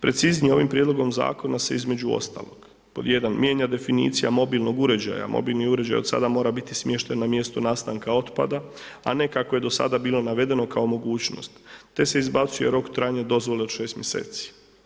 Preciznije, ovim Prijedlogom zakona se između ostalog, pod jedan, mijenja definicija mobilnog uređaja, mobilni uređaj od sada mora biti smješten na mjestu nastanka otpada a ne kako je do sada bilo navedeno kao mogućnost te se izbacuje rok trajanja dozvole od 6 mjeseci.